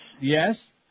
Yes